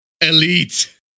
Elite